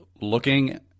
looking